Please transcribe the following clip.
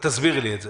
תסביר לי את זה.